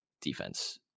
defense